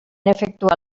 efectuar